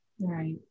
Right